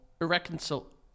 irreconcilable